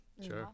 Sure